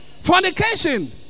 fornication